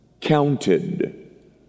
counted